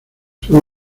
según